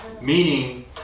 Meaning